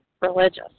religious